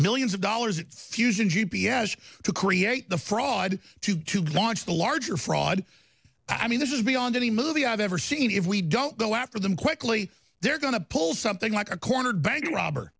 millions of dollars fusion g p s to create the fraud to do gone to the larger fraud i mean this is beyond any movie i've ever seen if we don't go after them quickly they're going to pull something like a cornered bank robber